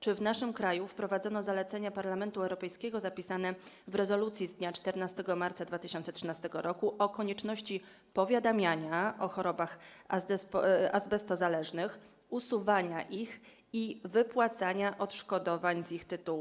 Czy w naszym kraju wprowadzono zalecenia Parlamentu Europejskiego zapisane w rezolucji z dnia 14 marca 2013 r., dotyczące konieczności powiadamiania o chorobach azbestozależnych, usuwania ich i wypłacania odszkodowań z ich tytułu?